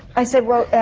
i said, well. ah.